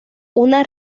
una